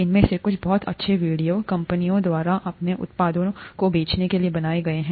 इनमें से कुछ बहुत अच्छे वीडियो कंपनियों द्वारा अपने उत्पादों को बेचने के लिए बनाए गए हैं